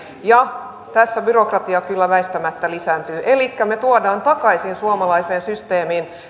ja tässä byrokratia kyllä väistämättä lisääntyy elikkä me tuomme takaisin suomalaiseen systeemiin